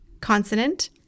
consonant